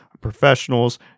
professionals